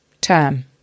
term